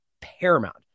paramount